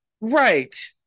Right